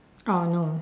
oh no